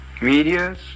Medias